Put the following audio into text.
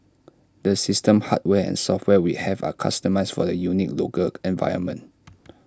the system hardware and software we have are customised for the unique local environment